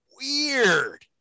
weird